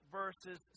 verses